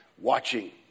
watching